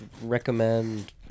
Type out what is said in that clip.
recommend